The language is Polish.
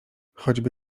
choćby